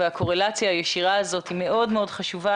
והקורלציה הישירה הזאת היא מאוד מאוד חשובה,